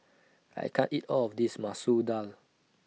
I can't eat All of This Masoor Dal